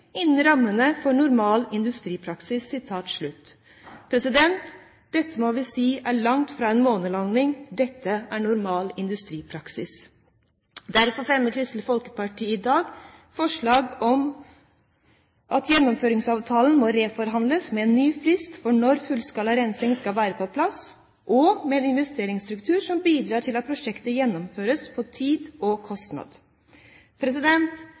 innen rammene for normal industripraksis» Dette må vi si er langt fra en månelanding – dette er normal industripraksis. Derfor fremmer Kristelig Folkeparti i dag forslag om at gjennomføringsavtalen må reforhandles med ny frist for når fullskala rensing skal være på plass og med en insentivstruktur som bidrar til at prosjektet gjennomføres på tid og kostnad.